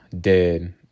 dead